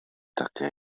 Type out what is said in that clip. také